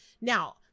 Now